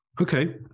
Okay